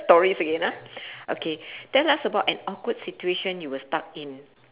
stories again ah okay tell us about an awkward situation you were stuck in